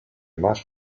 más